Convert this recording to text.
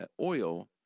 oil